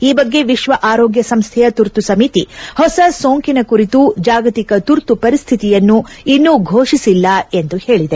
ಈ ಬಗ್ಗೆ ವಿಶ್ವ ಆರೋಗ್ಯ ಸಂಸ್ಥೆಯ ತುರ್ತು ಸಮಿತಿ ಹೊಸ ಸೋಂಕಿನ ಕುರಿತು ಜಾಗತಿಕ ತುರ್ತು ಪರಿಸ್ಥಿತಿಯನ್ನು ಇನ್ನೂ ಘೋಷಿಸಿಲ್ಲ ಎಂದು ಹೇಳಿದೆ